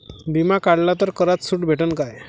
बिमा काढला तर करात सूट भेटन काय?